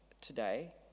today